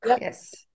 Yes